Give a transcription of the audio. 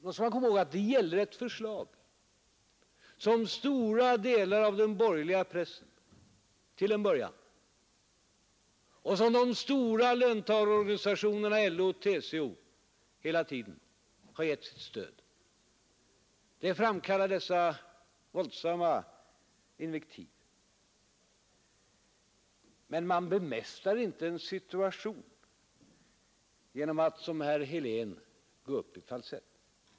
Då skall man komma ihåg att det gäller ett förslag som stora delar av den borgerliga pressen till en början och som de stora löntagarorganisationerma, LO och TCO, hela tiden har gett sitt stöd. Det framkallar dessa våldsamma invektiv. Men man bemästrar inte en situation genom att som herr Helén gå upp i falsett.